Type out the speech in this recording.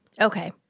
Okay